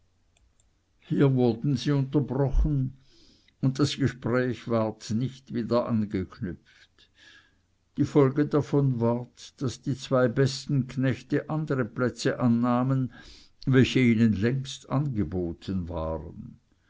hier wurden sie unterbrochen und das gespräch ward nicht wieder angeknüpft die folge davon ward daß die zwei besten knechte andere plätze annahmen welche ihnen längst angeboten waren